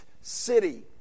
city